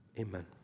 Amen